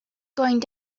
going